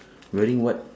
wearing what